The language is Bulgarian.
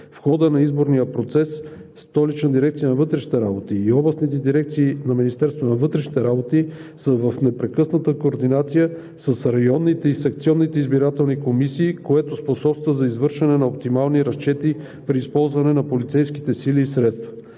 В хода на изборния процес Столична дирекция на вътрешните работи и областните работи на Министерството на вътрешните работи са в непрекъсната координация с районните и секционните избирателни комисии, което способства за извършване на оптимални разчети при използване на полицейските сили и средства.